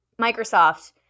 Microsoft